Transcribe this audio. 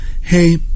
hey